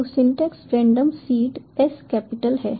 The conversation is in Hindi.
तो syntax random seed S capital है